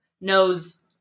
knows